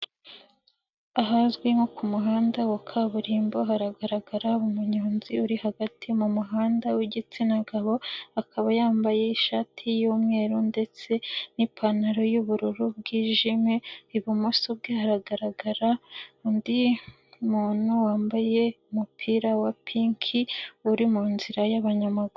Ahazwi nko ku muhanda wa kaburimbo haragaragara umunyonzi uri hagati mu muhanda w'igitsina gabo, akaba yambaye ishati y'umweru ndetse n'ipantaro y'ubururu bwijimye, ibumoso bwe hagaragara undi muntu wambaye umupira wa pinki uri munzira y'abanyamaguru.